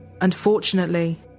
Unfortunately